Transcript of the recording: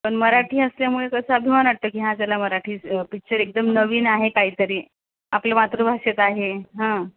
पण मराठी असल्यामुळे कसं अभिमान वाटते की चला हा मराठी पिक्चर एकदम नवीन आहे काहीतरी आपल्या मातृभाषेत आहे हा